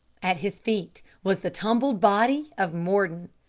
at his feet was the tumbled body of mordon.